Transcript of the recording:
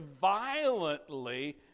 violently